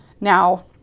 Now